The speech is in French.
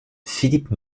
philippe